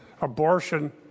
abortion